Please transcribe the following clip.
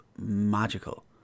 magical